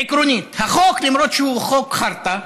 עקרונית, החוק, למרות שהוא חוק חרטא,